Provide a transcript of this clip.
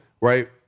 right